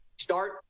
start